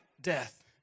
death